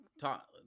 talk